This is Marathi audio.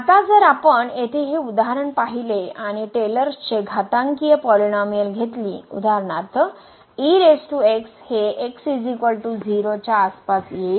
आता जर आपण येथे हे उदाहरण पाहिले आणि टेलरस चे घातांकीय पॉलिनोमिअल घेतली उदाहरणार्थ हे x 0 च्या आसपास येईल